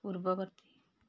ପୂର୍ବବର୍ତ୍ତୀ